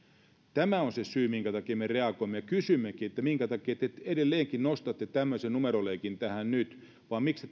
tämä on se syy minkä takia me reagoimme ja kysymmekin minkä takia te edelleenkin nostatte tämmöisen numeroleikin nyt tähän ettekä